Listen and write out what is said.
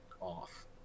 off